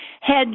Hedge